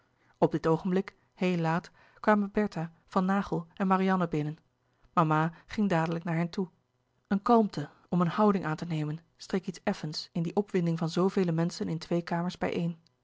op dit oogenblik heel laat kwamen bertha van naghel en marianne binnen mama ging dadelijk naar hen toe een kalmte om een houding aan te nemen streek iets effens in die opwinding van zoovele menschen in twee kamers bijeen